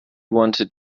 wanted